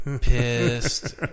Pissed